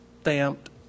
stamped